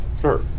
sure